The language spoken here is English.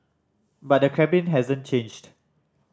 but the Kremlin hasn't changed